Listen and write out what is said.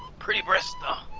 pretty brisk though